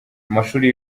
amashuri